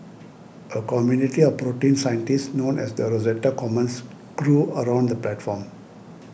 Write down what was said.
a community of protein scientists known as the Rosetta Commons grew around the platform